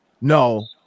no